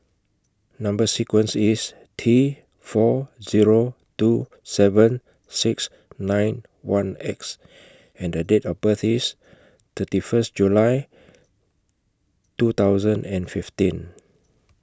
Number sequence IS T four Zero two seven six nine one X and Date of birth IS thirty First July two thousand and fifteen